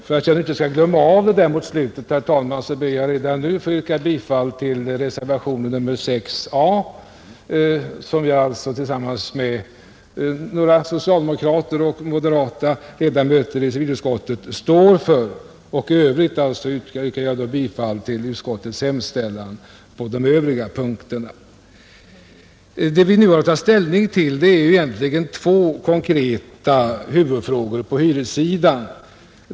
För att jag inte skall glömma av det mot slutet, herr talman, ber jag redan nu att få yrka bifall till reservationen 6 a som jag tillsammans med några socialdemokrater och moderata ledamöter i civilutskottet står för, och i övrigt yrkar jag alltså bifall till utskottets hemställan. Det vi nu har att ta ställning till är två konkreta huvudfrågor på hyressidan.